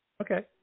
Okay